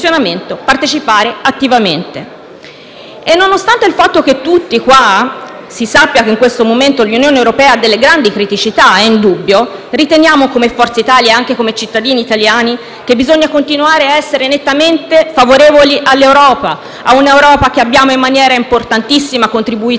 Nonostante il fatto che tutti noi sappiamo che in questo momento l'Unione europea ha delle grandi criticità - è indubbio - riteniamo, come Forza Italia e anche come cittadini italiani, che bisogna continuare ad essere nettamente favorevoli all'Europa; quell'Europa che abbiamo in maniera importantissima contribuito